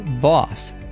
boss